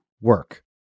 work